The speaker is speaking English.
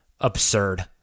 absurd